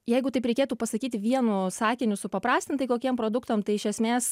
jeigu taip reikėtų pasakyti vienu sakiniu supaprastintai kokiem produktam tai iš esmės